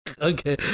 Okay